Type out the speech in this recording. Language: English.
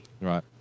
Right